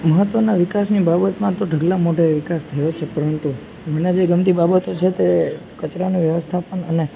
મહત્વના વિકાસની બાબતમાં તો ઢગલા મોઢે વિકાસ થયો છે પરંતુ મને જે ગમતી બાબતો છેતે કચરાનું વ્યવસ્થાપન અને